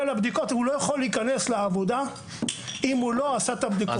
הוא לא יכול להיכנס לעבודה אם הוא לא עשה את הבדיקות.